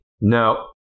No